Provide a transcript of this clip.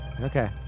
Okay